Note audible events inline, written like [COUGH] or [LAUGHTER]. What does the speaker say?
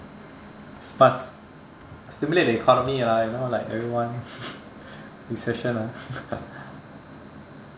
must stimulate the economy lah you know like everyone [LAUGHS] recession ah [LAUGHS]